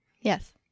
Yes